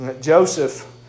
Joseph